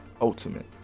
Ultimate